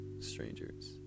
strangers